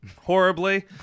horribly